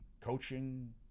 coaching